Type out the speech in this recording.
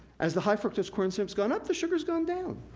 as the high fructose corn syrup's gone up, the sugar's gone down.